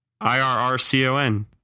i-r-r-c-o-n